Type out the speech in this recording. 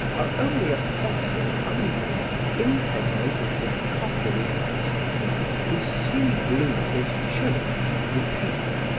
are only a fossil ivory impregnated with coppery substances whose sea blue is choked, opaque,